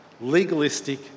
legalistic